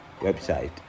website